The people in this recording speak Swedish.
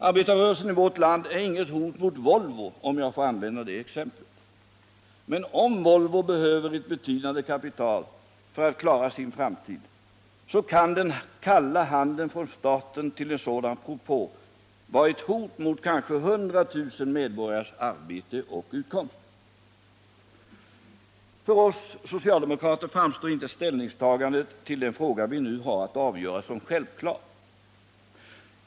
Arbetarrörelsen i vårt land är inget hot mot Volvo, om jag får använda det exemplet. Men om Volvo behöver betydande kapital för att klara sin framtid, kan den kalla handen från staten till en sådan propå vara ett hot mot kanske 100 000 medborgares arbete och utkomst. För oss socialdemokrater framstår inte ställningstagandet till den fråga vi nu har att avgöra som självklar.